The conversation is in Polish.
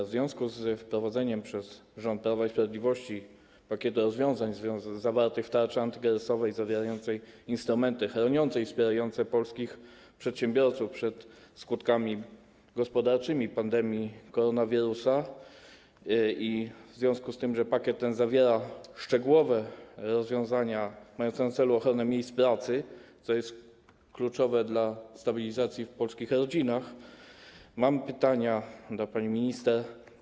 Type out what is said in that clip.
W związku z wprowadzeniem przez rząd Prawa i Sprawiedliwości pakietu rozwiązań zawartych w tarczy antykryzysowej zawierającej instrumenty chroniące i wspierające polskich przedsiębiorców przed skutkami gospodarczymi pandemii koronawirusa i w związku z tym, że pakiet ten zawiera szczegółowe rozwiązania mające na celu ochronę miejsc pracy, co jest kluczowe dla stabilizacji w polskich rodzinach, mam pytania do pani minister.